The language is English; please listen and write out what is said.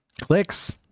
Clicks